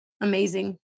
amazing